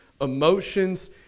emotions